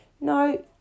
no